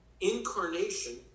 incarnation